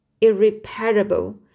irreparable